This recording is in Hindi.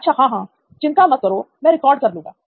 अच्छा हां हां चिंता मत करो मैं रिकॉर्ड कर लूंगा